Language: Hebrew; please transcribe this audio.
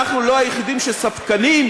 אנחנו לא היחידים שספקנים,